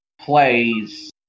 plays